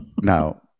Now